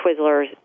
Twizzlers